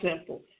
simple